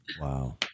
Wow